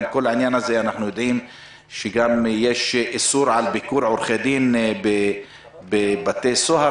אנחנו יודעים גם שיש איסור על ביקור של עורכי דין בבתי הסוהר